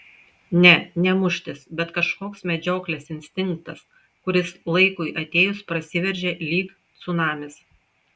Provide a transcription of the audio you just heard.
ne ne muštis bet kažkoks medžioklės instinktas kuris laikui atėjus prasiveržia lyg cunamis